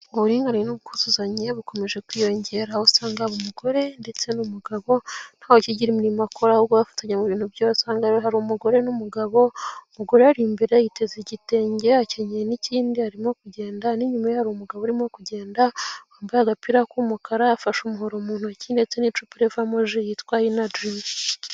Uburinganire n'ubwuzuzanye bukomeje kwiyongera, aho usanga haba umugore ndetse n'umugabo nta wukigira imirimo akora ahubwo bafatanye mu bintu byose ,aha ngaha rero hari umugore n'umugabo, umugore ari imbere yiteze igitenge akenye n'ikindi arimo kugenda, ni inyuma ye hari umugabo urimo kugenda, wambaye agapira k'umukara, afashe umuhoro mu ntoki, ndetse n'icupa rivamo ji yitwa energy.